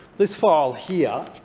this file here,